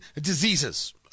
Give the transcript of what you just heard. diseases